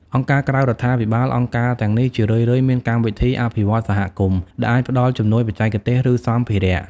អង្គការក្រៅរដ្ឋាភិបាល អង្គការទាំងនេះជារឿយៗមានកម្មវិធីអភិវឌ្ឍន៍សហគមន៍ ដែលអាចផ្តល់ជំនួយបច្ចេកទេស ឬសម្ភារៈ។